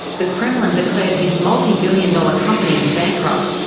the kremlin declared his multi-billion dollar company bankrupt,